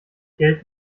geld